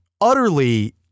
utterly